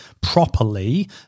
properly